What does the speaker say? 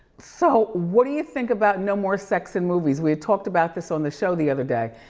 so what do you think about no more sex in movies? we had talked about this on the show the other day.